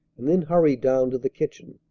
and then hurried down to the kitchen.